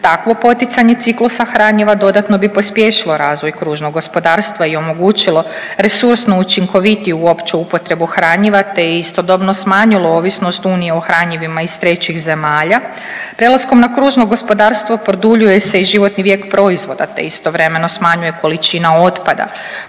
Takvo poticanje ciklusa hranjiva dodatno bi pospješilo razvoj kružnog gospodarstva i omogućilo resursno učinkovitiju opću upotrebu hranjiva, te istodobno smanjilo ovisnost Unije o hranjivima iz trećih zemalja. Prelaskom na kružno gospodarstvo produljuje se i životni vijek proizvoda, te istovremeno smanjuje količina otpada.